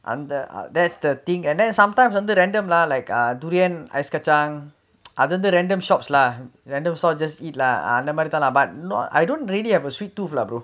and that's the thing and then sometimes under random lah like ah durian ice kacang other the random shops lah random shops just eat lah அந்த மாதிரிலாதா:antha maathirilaathaa but I don't really have a sweet tooth lah brother